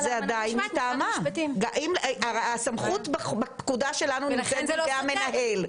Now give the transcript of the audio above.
הסמכות בפקודה שלנו נמצאת בידי המנהל.